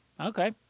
Okay